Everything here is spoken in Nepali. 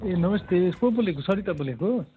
ए नमस्ते को बोलेको सरिता बोलेको